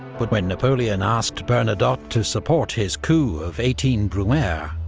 but when napoleon asked bernadotte to support his coup of eighteen brumaire,